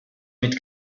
mit